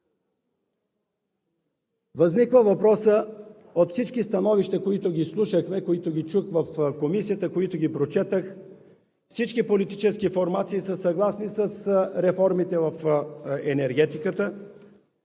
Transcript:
Възниква въпросът – от всички становища, които слушахме, които чух в Комисията и които прочетох, всички политически формации са съгласни с реформите в енергетиката,